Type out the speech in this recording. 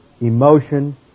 emotion